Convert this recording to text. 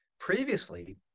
previously